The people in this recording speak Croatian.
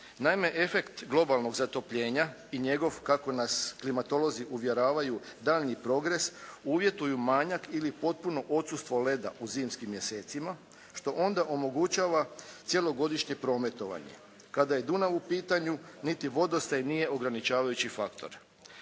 Naime efekt globalnog zatopljenja i njegov kako nas klimatolozi uvjeravaju, daljnji progres, uvjetuju manjak ili potpuno odsustvo leda u zimskim mjesecima što onda omogućava cjelogodišnje prometovanje. Kada je Dunav u pitanju, niti vodostaj nije ograničavajući faktor.